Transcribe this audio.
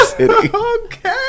Okay